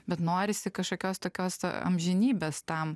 bet norisi kažkokios tokios amžinybės tam